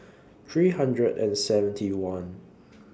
three hundred and seventy one